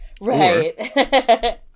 Right